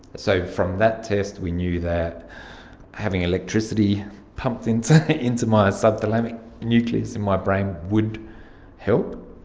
so from that test we knew that having electricity pumped into into my subthalamic nucleus in my brain would help.